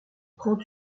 prend